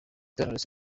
knowless